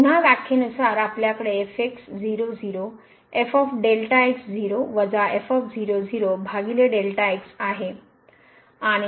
तर पुन्हा व्याखेनुसार आपल्याकडे आहे 0 वर जाईल